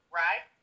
right